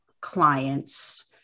clients